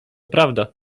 prawda